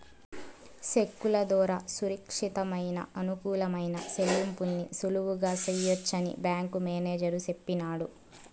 సెక్కుల దోరా సురచ్చితమయిన, అనుకూలమైన సెల్లింపుల్ని సులువుగా సెయ్యొచ్చని బ్యేంకు మేనేజరు సెప్పినాడు